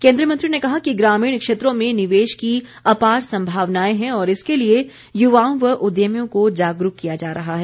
केन्द्रीय मंत्री ने कहा कि ग्रामीण क्षेत्रों में निवेश की अपार सम्भावनाएं हैं और इसके लिए युवाओं व उद्यमियों को जागरूक किया जा रहा है